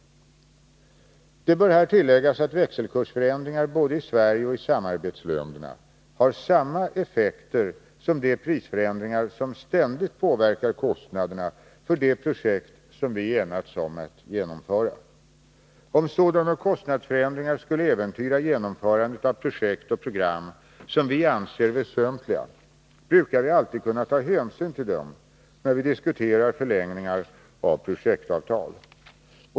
Det bör här tilläggas att växelkursförändringar både i Sverige och i samarbetsländerna har samma effekter som de prisförändringar som ständigt påverkar kostnaderna för de projekt som vi enats om att genomföra. Om sådana kostnadsförändringar skulle äventyra genomförandet av projekt och program som vi anser väsentliga, brukar vi alltid kunna ta hänsyn till dem när vi diskuterar förlängningar av projektavtal.